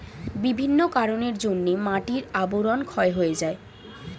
বিভিন্ন কারণের জন্যে মাটির আবরণ ক্ষয় হয়ে যায়